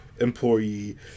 employee